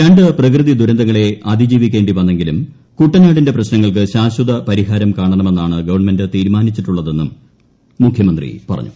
രണ്ടു പ്രകൃതി ദുരന്തങ്ങളെ അതിജീവിക്കേണ്ടി വന്നെങ്കിലും കുട്ടനാടിന്റെ പ്രശ്നങ്ങൾക്ക് ശാശ്വത പരിഹാരം കാണണമെന്നാണ് ഗവൺമെന്റ് തീരുമാനിച്ചിട്ടുള്ളതെന്നും മുഖ്യമന്ത്രി പറഞ്ഞു